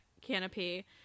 canopy